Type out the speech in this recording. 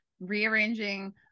rearranging